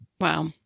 Wow